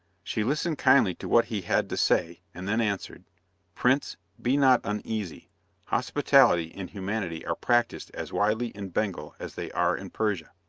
she listened kindly to what he had to say, and then answered prince, be not uneasy hospitality and humanity are practised as widely in bengal as they are in persia.